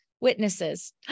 witnesses